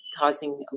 causing